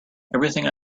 everything